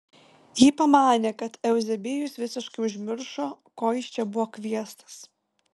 ji pamanė kad euzebijus visiškai užmiršo ko jis čia buvo kviestas